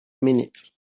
minute